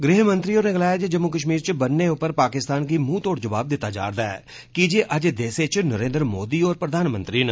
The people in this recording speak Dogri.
गृह मंत्री होरें गलाया जे जम्मू कष्मीर च बन्नें उप्पर पाकिस्तान गी मुंहतोड़ जवाब दित्ता जा'दा ऐ कीजे अज्ज देसै च नरेन्द्र मोदी होर प्रधानमंत्री न